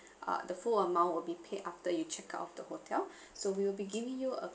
ah the full amount will be paid after you check out of the hotel so we will be giving you a